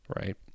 right